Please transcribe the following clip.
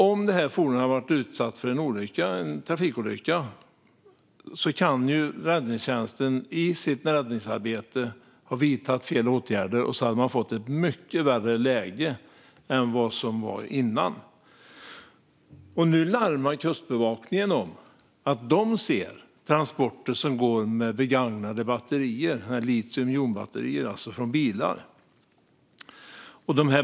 Om fordonet hade råkat ut för en trafikolycka hade räddningstjänsten kunnat vidta fel åtgärder i sitt räddningsarbete. Då hade man fått ett mycket värre läge än innan. Nu larmar Kustbevakningen om att de ser transporter som går med begagnade litiumjonbatterier från bilar.